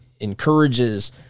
encourages